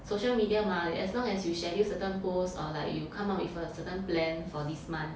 social media mah as long as you schedule certain posts or like you come up with a certain plan for this month